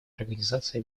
организации